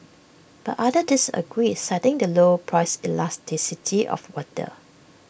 but others disagree citing the low price elasticity of water